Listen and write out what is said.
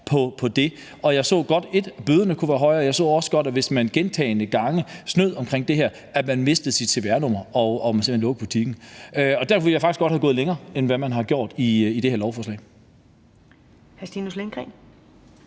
på det. Jeg så gerne, at bøderne var højere, og jeg så også gerne, at hvis man gentagne gange snød med det her, så mistede man sit cvr-nummer og måtte simpelt hen lukke butikken. Derfor ville jeg faktisk godt være gået længere, end man har gjort i det her lovforslag.